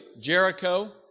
Jericho